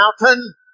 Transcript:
mountain